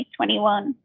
2021